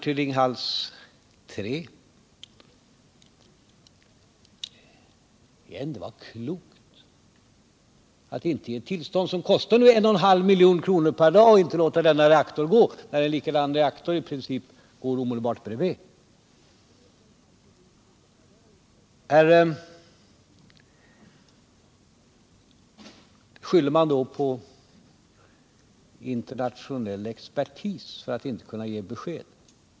Återigen tyckte herr Bohman att det var klokt att inte ge tillstånd — trots att det kostar 1,5 milj.kr. per dag att inte låta denna reaktor gå, och en likadan reaktor i princip går omedelbart bredvid. Här skyller man på internationell expertis för att man inte kan ge besked.